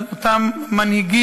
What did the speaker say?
על-ידי אותם מנהיגים,